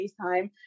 FaceTime